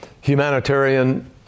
humanitarian